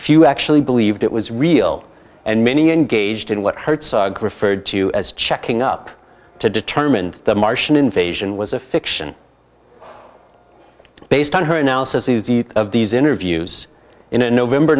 few actually believed it was real and many engaged in what hurts referred to as checking up to determine the martian invasion was a fiction based on her analysis of these interviews in a november